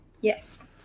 Yes